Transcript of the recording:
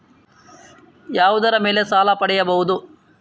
ಯಾವುದರ ಮೇಲೆ ಸಾಲ ಪಡೆಯಬಹುದು?